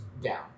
down